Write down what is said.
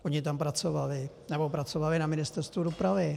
Oni tam pracovali nebo pracovali na Ministerstvu dopravy.